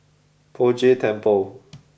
Poh Jay Temple